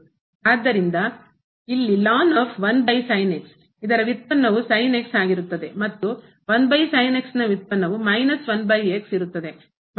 ಆದ್ದರಿಂದ ಇಲ್ಲಿ ಇದರ ವ್ಯುತ್ಪನ್ನವು ಮತ್ತು ವ್ಯುತ್ಪನ್ನವು ಇರುತ್ತದೆ